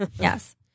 Yes